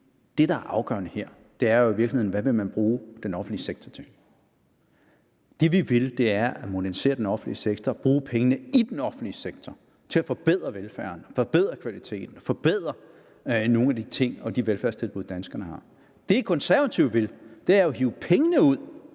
det, der er afgørende her, er jo i virkeligheden, hvad man vil bruge den offentlige sektor til: Det, vi vil, er at modernisere den offentlige sektor, bruge pengene i den offentlige sektor til at forbedre velfærden, forbedre kvaliteten, forbedre nogle af de ting og de velfærdstilbud, danskerne har. Det, Konservative vil, er jo at hive pengene ud